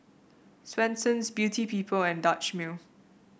Swensens Beauty People and Dutch Mill